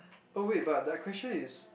oh wait but that question is